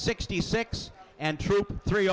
sixty six and troop three